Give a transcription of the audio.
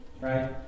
Right